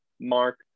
Mark